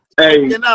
Hey